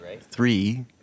three